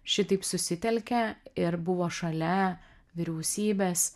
šitaip susitelkė ir buvo šalia vyriausybės